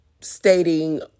Stating